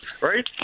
Right